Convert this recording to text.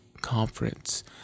Conference